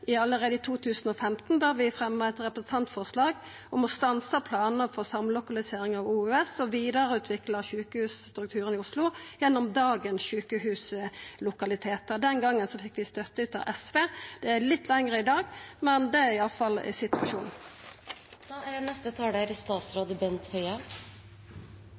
i 2015, da vi fremja eit representantforslag om å stansa planane for samlokalisering av OUS og vidareutvikla sjukehusstrukturen i Oslo gjennom dagens sjukehuslokalitetar. Den gongen fekk vi støtte frå SV. Det er litt lengre i dag, men det er i alle fall situasjonen.